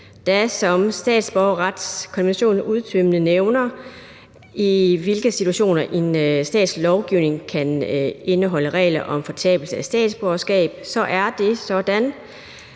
– hvad statsborgerretskonventionen udtømmende nævner, i forhold til i hvilke situationer en stats lovgivning kan indeholde regler om fortabelse af statsborgerskab – at